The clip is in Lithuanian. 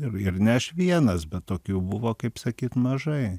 ir ir ne aš vienas bet tokių buvo kaip sakyt mažai